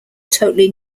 totally